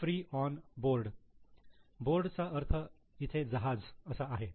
free on board board चा अर्थ इथे जहाज असा आहे